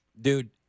dude